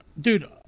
Dude